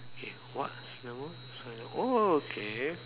okay what's the normal oh okay